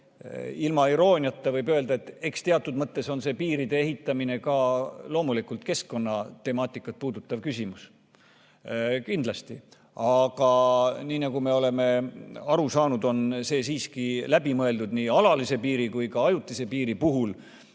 ilma irooniata võib öelda, et eks teatud mõttes on see piiride ehitamine ka loomulikult keskkonnatemaatikat puudutav küsimus. Kindlasti. Aga nii nagu me oleme aru saanud, on see siiski läbi mõeldud nii alalise piiri kui ka ajutise piiri puhul,